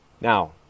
Now